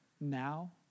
now